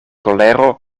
kolero